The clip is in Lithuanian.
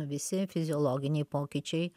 visi fiziologiniai pokyčiai